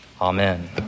amen